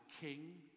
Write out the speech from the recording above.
king